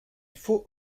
faut